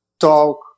talk